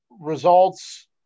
results